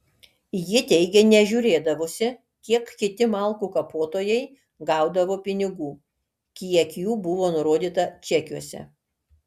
ji teigė nežiūrėdavusi kiek kiti malkų kapotojai gaudavo pinigų kiek jų buvo nurodyta čekiuose